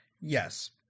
Yes